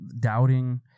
doubting